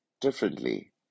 differently